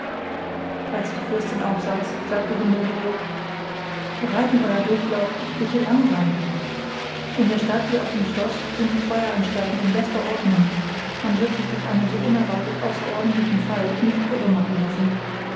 als die fürstin aufsaß sagte honorio reiten euer durchlaucht ich bitte langsam in der stadt wie auf dem schloß sind die feueranstalten in bester ordnung man wird sich durch einen so unerwartet außerordentlichen fall nicht irre machen lassen